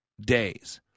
days